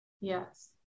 Yes